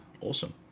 awesome